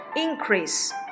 increase